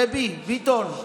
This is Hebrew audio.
דבי ביטון,